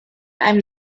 einem